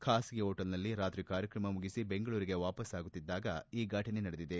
ಖಾಸಗಿ ಹೋಟೆಲ್ನಲ್ಲಿ ರಾತ್ರಿ ಕಾರ್ಯಕ್ರಮ ಮುಗಿಸಿ ಬೆಂಗಳೂರಿಗೆ ವಾಪಾಸ್ಲಾಗುತ್ತಿದ್ದಾಗ ಈ ಫಟನೆ ನಡೆದಿದೆ